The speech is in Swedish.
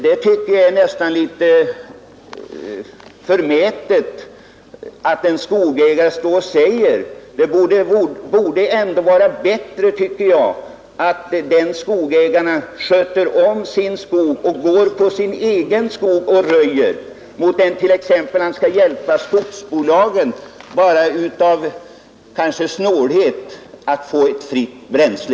Jag tycker att det nästan är litet förmätet av en skogsägare att säga detta. Det borde ändå vara bättre, tycker jag, att en skogsägare går i sin egen skog och röjer och gallrar än att han t.ex. hjälper skogsbolagen, kanske bara av snålhet, att få fritt bränsle.